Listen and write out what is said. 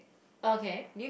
okay